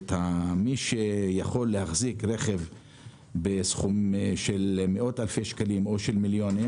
מי שיכול להחזיק רכב בסכום של מאות אלפי שקלים או של מיליונים,